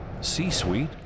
c-suite